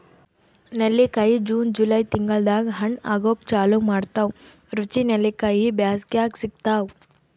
ನೆಲ್ಲಿಕಾಯಿ June July ತಿಂಗಳ್ದಾಗ್ ಹಣ್ಣ್ ಆಗೂಕ್ ಚಾಲು ಮಾಡ್ತಾವ್ ರುಚಿ ನೆಲ್ಲಿಕಾಯಿ ಬ್ಯಾಸ್ಗ್ಯಾಗ್ ಸಿಗ್ತಾವ್